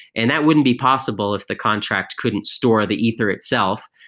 and that wouldn't be possible if the contract couldn't store the ether itself.